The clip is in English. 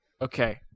Okay